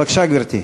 בבקשה, גברתי.